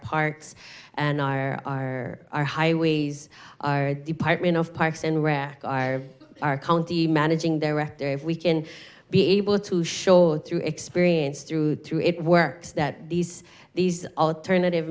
parks and our our highways our department of parks and rec our our county managing director if we can be able to show through experience through through it works that these these alternative